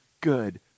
good